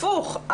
הפוך,